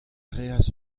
reas